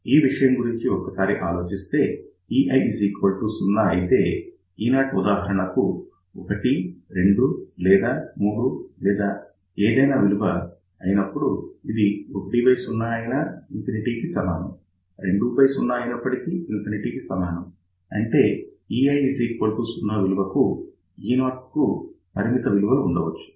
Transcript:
ఈ విషయం గురించి ఒక్కసారి ఆలోచిస్తే ei 0 అయితే e0 ఉదాహరణకు 1 2 లేదా 3 లేదా ఏదైనా విలువ అయినప్పుడు ఇది 10 అయినా ∞ కు సమానం 20 అయినప్పటికీ ∞ కు సమానం అంటే ei 0 విలువకు e0 కు పరిమిత విలువలు ఉండవచ్చు